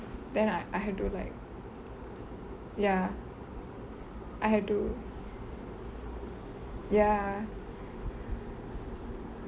then I I had to like ya I had to ya